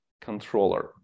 controller